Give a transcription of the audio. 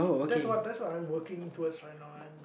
that's what that's what I'm working towards right now and